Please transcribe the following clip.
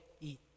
eat